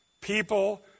People